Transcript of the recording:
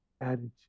Attitude